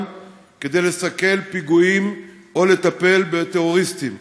כדי לסכל פיגועים או לטפל בטרוריסטים.